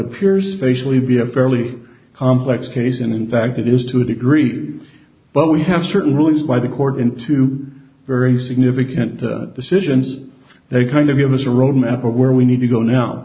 appears facially be a fairly complex case and in fact it is to a degree but we have certain rules by the court into very significant decisions that kind of give us a roadmap for where we need to go now